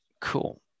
cool